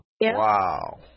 Wow